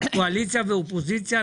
קואליציה ואופוזיציה,